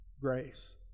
grace